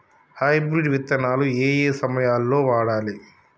Hybrid విత్తనాలు ఏయే సమయాల్లో వాడాలి?